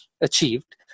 achieved